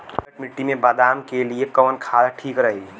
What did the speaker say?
दोमट मिट्टी मे बादाम के लिए कवन खाद ठीक रही?